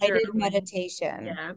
meditation